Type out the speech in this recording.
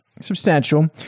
substantial